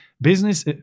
business